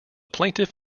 plaintiff